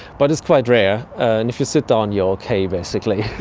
but it's quite rare, and if you sit down you are okay basically.